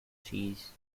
cheese